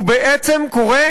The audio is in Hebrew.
הוא בעצם קורא